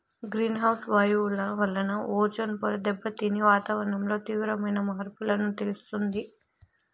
green house వాయువుల వలన ozone పొర దెబ్బతిని వాతావరణంలో తీవ్రమైన మార్పులను తెస్తుంది